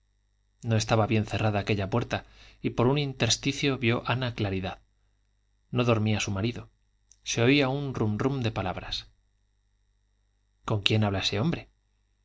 no estaba bien cerrada aquella puerta y por un intersticio vio ana claridad no dormía su marido se oía un rum rum de palabras con quién habla ese hombre